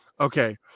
Okay